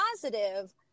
positive